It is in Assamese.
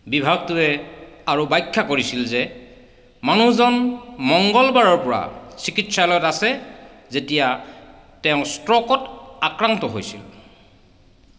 বিভাগটোৱে আৰু ব্যাখ্যা কৰিছিল যে মানুহজন মঙ্গলবাৰৰ পৰা চিকিৎসালয়ত আছে যেতিয়া তেওঁ ষ্ট্ৰোকত আক্ৰান্ত হৈছিল